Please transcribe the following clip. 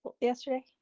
yesterday